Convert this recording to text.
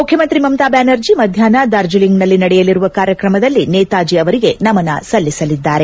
ಮುಖ್ಯಮಂತ್ರಿ ಮಮತಾ ಬ್ಯಾನರ್ಜಿ ಮಧ್ಯಾಹ್ನ ಡಾರ್ಜಲಿಂಗ್ನಲ್ಲಿ ನಡೆಯಲಿರುವ ಕಾರ್ಯಕ್ರಮದಲ್ಲಿ ನೇತಾಜಿ ಅವರಿಗೆ ನಮನ ಸಲ್ಲಿಸಲಿದ್ದಾರೆ